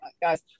Guys